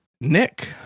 Nick